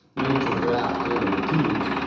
major drafting teams,